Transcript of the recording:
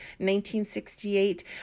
1968